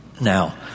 Now